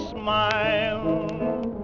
smile